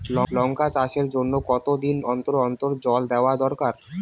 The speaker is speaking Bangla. লঙ্কা চাষের জন্যে কতদিন অন্তর অন্তর জল দেওয়া দরকার?